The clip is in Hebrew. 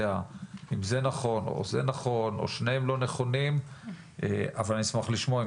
אם זה נכון או זה נכון או שניהם לא נכונים אבל אשמח לשמוע אם